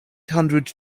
hundred